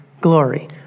glory